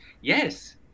yes